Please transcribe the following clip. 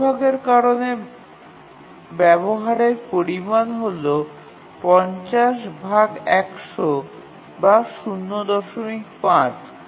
অগ্রভাগের কারণে ব্যবহারের পরিমাণ হল ৫০১০০ বা ০৫